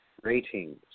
Ratings